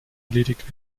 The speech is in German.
erledigt